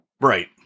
Right